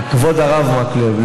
כבוד הרב מקלב,